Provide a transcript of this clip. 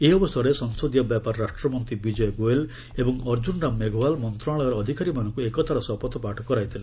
ଏହି ଅବସରରେ ସଂସଦୀୟ ବ୍ୟାପାର ରାଷ୍ଟ୍ରମନ୍ତ୍ରୀ ବିଜୟ ଗୋଏଲ୍ ଏବଂ ଅର୍ଜ୍ଜୁନ୍ ରାମ ମେଘୱାଲ୍ ମନ୍ତ୍ରଣାଳୟର ଅଧିକାରୀମାନଙ୍କୁ ଏକତାର ଶପଥ ପାଠ କରାଇଥିଲେ